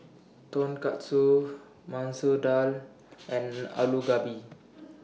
Tonkatsu Masoor Dal and Alu Gobi